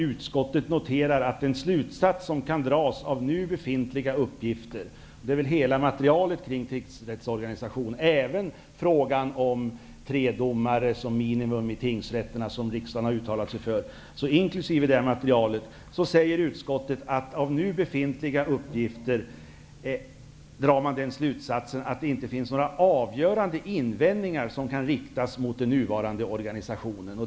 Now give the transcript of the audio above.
Utskottet noterar att den slutsats som kan dras av nu befintliga uppgifter -- dvs. hela materialet kring tingsrättsorganisationen, och även frågan om tre domare som minimun i tingsrätterna, vilket riksdagen tidigare har uttalat sig för -- är att det inte kan riktas några avgörande invändningar mot den nya organisationen.